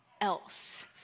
else